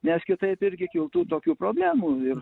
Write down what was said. nes kitaip irgi kiltų tokių problemų ir